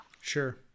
Sure